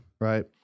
right